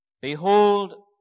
behold